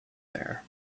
there